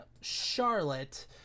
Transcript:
Charlotte